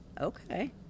okay